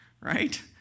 right